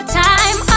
time